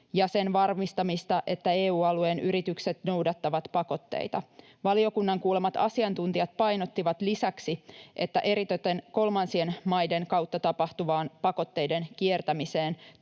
ja sen varmistamista, että EU-alueen yritykset noudattavat pakotteita. Valiokunnan kuulemat asiantuntijat painottivat lisäksi, että eritoten kolmansien maiden kautta tapahtuvaan pakotteiden kiertämiseen